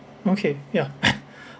okay ya